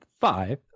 Five